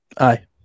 Aye